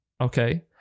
okay